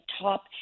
top